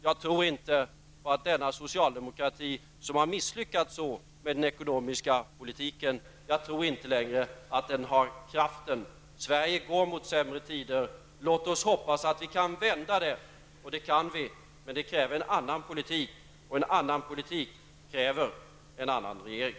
Jag tror inte att den socialdemokrati som har misslyckats så med den ekonomiska politiken längre har kraften. Sverige går mot sämre tider. Låt oss hoppas att vi kan vända den utvecklingen. Det kan vi, men det kräver en annan politik, och en annan politik kräver en annan regering.